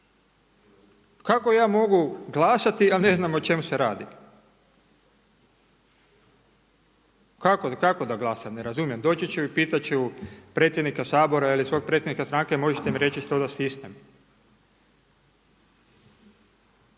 Kako ja mogu glasati a ne znam o čemu se radi? Kako, kako da glasam, ne razumijem, doći ću i pitati ću predsjednika Sabora ili svoga predsjednika stranke, možete mi reći što da stisnem.